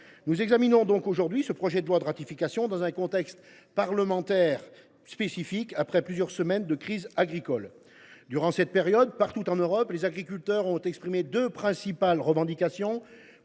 Nous examinons aujourd’hui le présent projet de loi dans un contexte parlementaire un peu spécial, après plusieurs semaines de crise agricole. Durant cette période, partout en Europe, les agriculteurs ont exprimé deux principales revendications